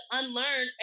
unlearn